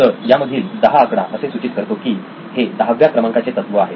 तर या मधील दहा आकडा असे सूचित करतो की हे 10 व्या क्रमांकाचे तत्व आहे